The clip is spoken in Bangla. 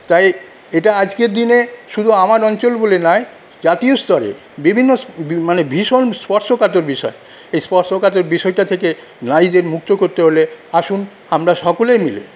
তাই এটা আজকের দিনে শুধু আমার অঞ্চল বলে নয় জাতীয় স্তরে বিভিন্ন মানে ভীষণ স্পর্শকাতর বিষয় এই স্পর্শকাতর বিষয়টা থেকে নারীদের মুক্ত করতে হলে আসুন আমরা সকলে মিলে